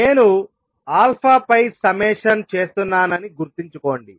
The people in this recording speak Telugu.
నేను పై సమ్మేషన్ చేస్తున్నానని గుర్తుంచుకోండి